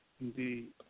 indeed